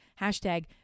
hashtag